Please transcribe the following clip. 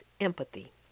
empathy